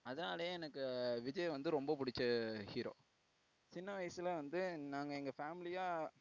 அதனாலேயே எனக்கு விஜய் வந்து ரொம்ப பிடிச்ச ஹீரோ சின்ன வயசில் வந்து நாங்கள் எங்கள் ஃபேமிலியாக